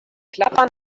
klappern